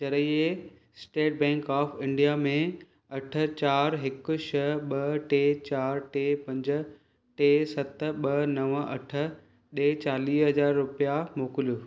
ज़रिए State Bank of India में अठ चारि हिकु छह ॿ टे चारि टे पंज टे सत ॿ नव अठ ॾे चालीह हज़ार रुपिया मोकिलियो